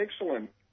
excellent